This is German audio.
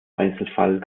einzelfall